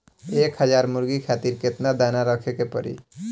एक हज़ार मुर्गी खातिर केतना दाना रखे के पड़ी?